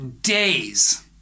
days